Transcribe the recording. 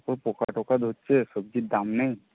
তারপর পোকা টোকা ধরছে সবজির দাম নেই